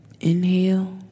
Inhale